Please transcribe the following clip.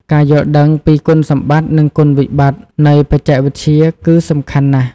ការយល់ដឹងពីគុណសម្បត្តិនិងគុណវិបត្តិនៃបច្ចេកវិទ្យាគឺសំខាន់ណាស់។